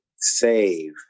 save